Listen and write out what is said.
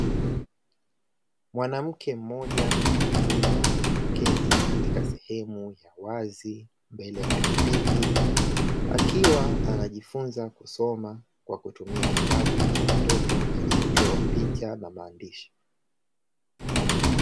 Mwanamke mmoja mtu mzima ameketi katika sehemu ya wazi mbele ya pikipiki akiwa anajifunza kusoma kwa kutumia kitabu cha watoto kilichochorwa picha na maandishi.